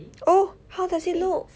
oh how does it look